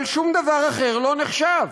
אבל שום דבר אחר לא נחשב,